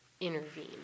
intervene